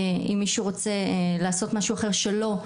אם מישהו רוצה לעשות משהו אחר שלא,